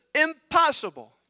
impossible